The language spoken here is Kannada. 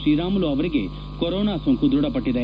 ಶ್ರೀರಾಮುಲು ಅವರಿಗೆ ಕೊರೋನಾ ಸೋಂಕು ದೃಢಪಟ್ಟಿದೆ